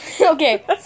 okay